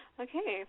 okay